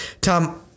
Tom